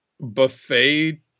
buffet